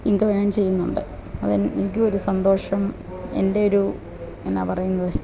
income earn ചെയ്യുന്നുണ്ട് അതെന് എനിക്കും ഒരു സന്തോഷം എന്റെയൊരു എന്നാ പറയുന്നത്